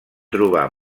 trobar